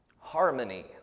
harmony